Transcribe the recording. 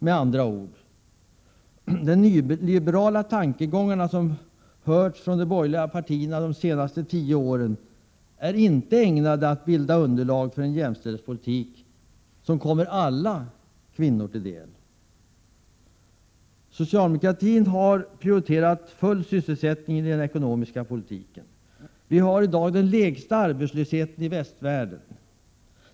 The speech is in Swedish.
Med andra ord: de nyliberala tongångarna som hörts från de borgerliga partierna de senaste tio åren är inte ägnade att bilda underlag för en jämställdhetspolitik som kommer alla kvinnor till del. Socialdemokratin har prioriterat full sysselsättning i den ekonomiska politiken. Vi har i dag den lägsta arbetslösheten i västvärlden.